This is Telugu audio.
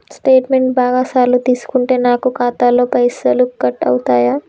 స్టేట్మెంటు బాగా సార్లు తీసుకుంటే నాకు ఖాతాలో పైసలు కట్ అవుతయా?